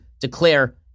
declare